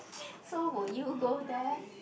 so would you go there